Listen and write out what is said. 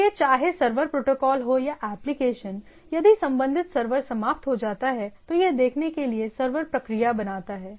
इसलिए चाहे server protocol हो या एप्लिकेशन यदि संबंधित सर्वर समाप्त हो जाता है तो यह देखने के लिए सर्वर प्रक्रिया बनाता है